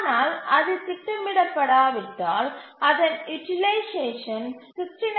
ஆனால் அது திட்டமிடப்படாவிட்டால் அதன் யூட்டிலைசேஷன் 69